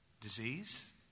disease